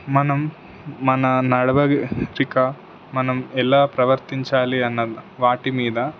మనం మన నడవడిక మనం ఎలా ప్రవర్తించాలి అన్న వాటి మీద